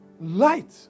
Light